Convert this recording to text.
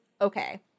okay